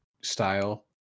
style